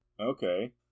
Okay